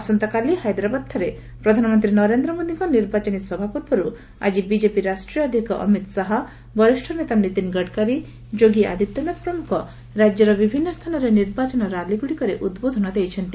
ଆସନ୍ତାକାଲି ହାଇଦ୍ରାବାଦଠାରେ ପ୍ରଧାନମନ୍ତ୍ରୀ ନରେନ୍ଦ୍ର ମୋଦିଙ୍କ ନିର୍ବାଚନୀ ସଭା ପୂର୍ବରୁ ଆଜି ବିଜେପି ରାଷ୍ଟ୍ରୀୟ ଅଧ୍ୟକ୍ଷ ଅମିତ ଶାହ ବରିଷ୍ଣ ନେତା ନିତିନ୍ ଗଡକାରୀ ଯୋଗୀ ଆଦିତ୍ୟନାଥ ପ୍ରମୁଖ ରାଜ୍ୟର ବିଭିନ୍ନ ସ୍ଥାନରେ ନିର୍ବାଚନ ରାଲି ଗୁଡ଼ିକରେ ଉଦ୍ବୋଧନ ଦେଇଛନ୍ତି